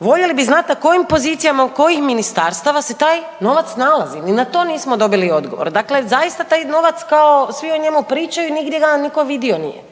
voljeli bi znati na kojim pozicijama od kojih ministarstava se taj novac nalazi. Ni na to nismo dobili odgovor, dakle zaista taj novac, kao, svi o njemu pričaju, nigdje ga nitko vidio nije.